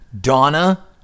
Donna